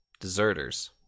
deserters